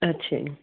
ਅੱਛਾ ਜੀ